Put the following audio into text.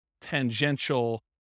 tangential